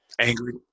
angry